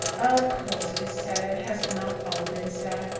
of course it is sad. has it not all been sad?